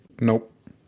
Nope